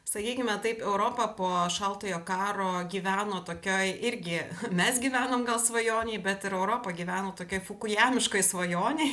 sakykime taip europa po šaltojo karo gyveno tokioj irgi mes gyvenom gal svajonėj bet ir europa gyveno tokioj fukujamiškoj svajonėj